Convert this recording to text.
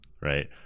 right